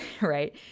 right